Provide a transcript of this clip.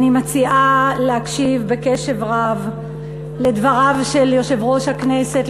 אני מציעה להקשיב בקשב רב לדבריו של יושב-ראש הכנסת,